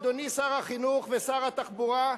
אדוני שר החינוך ושר התחבורה,